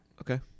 Okay